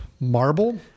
marble